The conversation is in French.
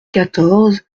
quatorze